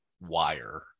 wire